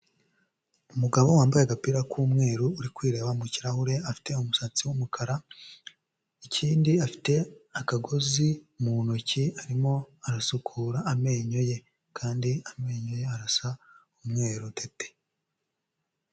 Umugabo wambaye agapira k'umweru uri kwirebaba mu kirahure, afite umusatsi w'umukara ikindi afite akagozi mu ntoki, arimo arasukura amenyo ye kandi amenyo ye arasa umweru dede.